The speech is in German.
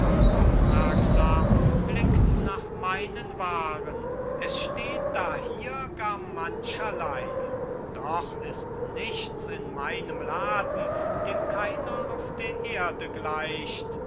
aufmerksam blickt nach meinen waaren es steht dahier gar mancherley und doch ist nichts in meinem laden dem keiner auf der erde gleicht